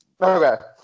okay